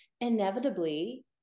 inevitably